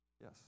Yes